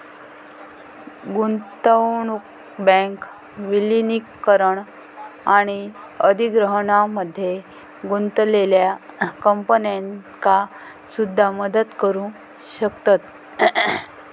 गुंतवणूक बँक विलीनीकरण आणि अधिग्रहणामध्ये गुंतलेल्या कंपन्यांका सुद्धा मदत करू शकतत